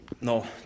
No